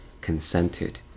consented